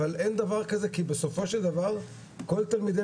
אבל אין דבר כזה כי בסופו של דבר כל תלמידי